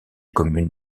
commune